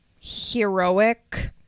heroic